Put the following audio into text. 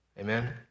Amen